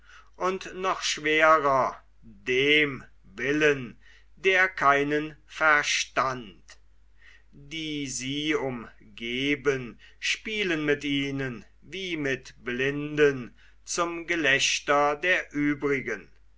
und noch schwerer dem willen der keinen verstand die sie umgeben spielen mit ihnen wie mit blinden zum gelächter der uebrigen